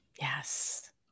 Yes